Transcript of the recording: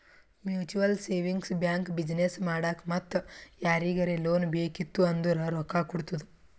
mutual savings bank business ಮಾಡಾಕ್ ಮತ್ತ ಯಾರಿಗರೇ ಲೋನ್ ಬೇಕಿತ್ತು ಅಂದುರ್ ರೊಕ್ಕಾ ಕೊಡ್ತುದ್